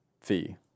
fee